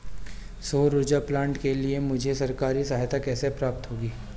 सौर ऊर्जा प्लांट के लिए मुझे सरकारी सहायता कैसे प्राप्त होगी?